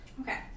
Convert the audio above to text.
Okay